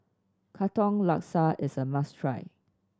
Katong Laksa is a must try